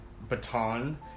baton